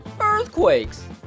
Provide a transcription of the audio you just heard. earthquakes